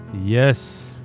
Yes